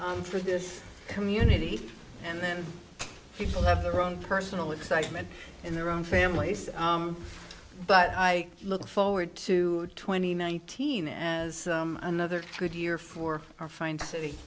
and for this community and then people have their own personal excitement in their own families but i look forward to twenty nineteen as another troop year for our fine city